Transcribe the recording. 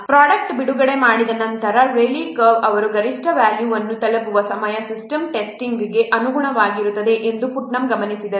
product ಬಿಡುಗಡೆ ಮಾಡಿದ ನಂತರ ರೇಲೀ ಕರ್ವ್ ಅದರ ಗರಿಷ್ಠ ವ್ಯಾಲ್ಯೂವನ್ನು ತಲುಪುವ ಸಮಯವು ಸಿಸ್ಟಮ್ ಟೆಸ್ಟಿಂಗ್ಗೆ ಅನುಗುಣವಾಗಿರುತ್ತದೆ ಎಂದು ಪುಟ್ನಮ್ ಗಮನಿಸಿದರು